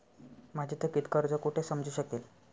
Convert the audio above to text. माझे थकीत कर्ज कुठे समजू शकेल?